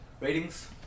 Ratings